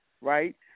right